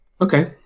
Okay